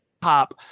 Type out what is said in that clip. pop